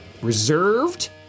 reserved